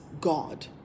god